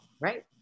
right